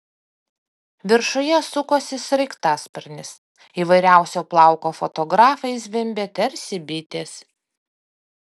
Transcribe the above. viršuje sukosi sraigtasparnis įvairiausio plauko fotografai zvimbė tarsi bitės